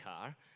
car